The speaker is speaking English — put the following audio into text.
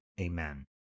Amen